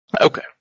okay